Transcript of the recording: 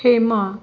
Hema